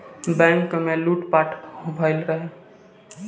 bank में लूट पाट भईल रहे